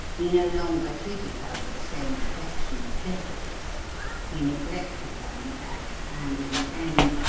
he no longer treated her with the same affectionate deference he neglected her, in fact, and, in the end,